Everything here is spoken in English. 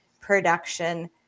production